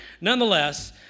nonetheless